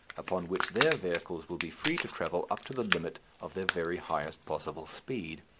upon which their vehicles will be free to travel up to the limit of their very highest possible speed.